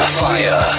fire